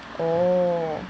oh